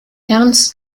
ernst